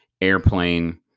airplane